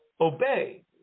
obey